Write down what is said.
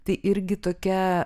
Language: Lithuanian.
tai irgi tokia